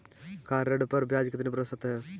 Car ऋण पर ब्याज कितने प्रतिशत है?